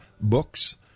books